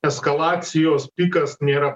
eskalacijos pikas nėra